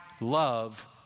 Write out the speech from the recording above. love